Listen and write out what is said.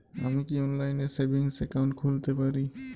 আমি কি অনলাইন এ সেভিংস অ্যাকাউন্ট খুলতে পারি?